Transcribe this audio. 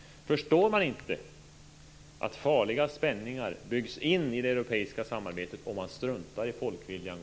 Förstår man inte att farliga spänningar byggs in i det europeiska samarbetet om man gång på gång struntar i folkviljan?